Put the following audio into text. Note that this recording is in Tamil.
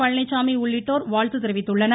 பழனிச்சாமி உள்ளிட்டோர் வாழ்த்து தெரிவித்துள்ளனர்